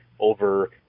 over